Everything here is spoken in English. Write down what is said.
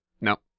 No